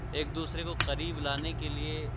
ایک دوسرے کو قریب لانے کے لئے